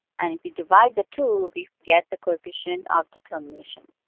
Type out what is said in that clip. and if we divide the two, we get the coefficient of determination.